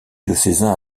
diocésain